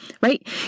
right